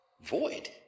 Void